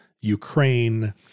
Ukraine